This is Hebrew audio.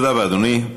תודה רבה, אדוני.